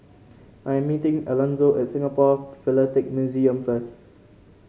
I'm meeting Elonzo at Singapore Philatelic Museum first